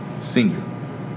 senior